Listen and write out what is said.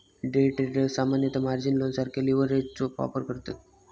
day traders सामान्यतः margin लोनसारख्या लीव्हरेजचो वापर करतत